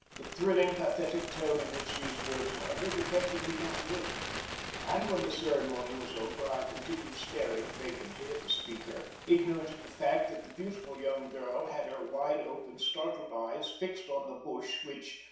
the thrilling, pathetic tone in which these words were uttered affected me not a little and when the ceremony was over i continued staring vacantly at the speaker, ignorant of the fact that the beautiful young girl had her wide-open, startled eyes fixed on the bush which,